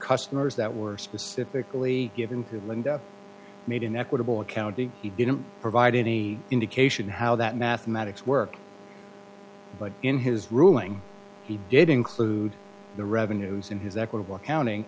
customers that were specifically given that linda made an equitable accounting he didn't provide any indication how that mathematics work but in his ruling he did include the revenues in his equitable accounting